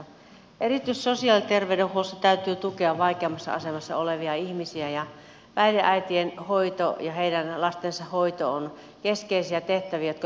erityisesti sosiaali ja terveydenhuollossa täytyy tukea vaikeammassa asemassa olevia ihmisiä ja päihdeäitien hoito ja heidän lastensa hoito ovat keskeisiä tehtäviä jotka yhteiskunnalle kuuluvat